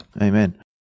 Amen